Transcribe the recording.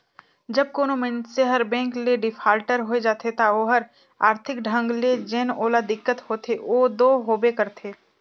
जब कोनो मइनसे हर बेंक ले डिफाल्टर होए जाथे ता ओहर आरथिक ढंग ले जेन ओला दिक्कत होथे ओ दो होबे करथे